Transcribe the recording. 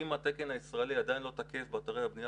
אם התקן הישראלי עדיין לא תקף באתרי הבנייה